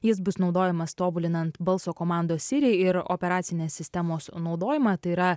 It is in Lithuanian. jis bus naudojamas tobulinant balso komanda siri ir operacinės sistemos naudojimą tai yra